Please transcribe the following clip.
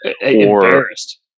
Embarrassed